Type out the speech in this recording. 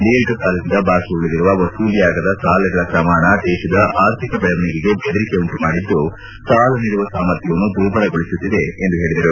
ದೀರ್ಘಕಾಲದಿಂದ ಬಾಕಿ ಉಳಿದಿರುವ ವಸೂಲಿಯಾಗದ ಸಾಲಗಳ ಪ್ರಮಾಣ ದೇಶದ ಅರ್ಥಿಕ ಬೆಳವಣಿಗೆಗೆ ಬೆದರಿಕೆ ಉಂಟುಮಾಡಿದ್ದು ಸಾಲ ನೀಡುವ ಸಾಮರ್ಥ್ಯವನ್ನು ದುರ್ಬಲಗೊಳಿಸುತ್ತಿದೆ ಎಂದು ಹೇಳಿದರು